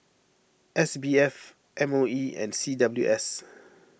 S B F M O E and C W S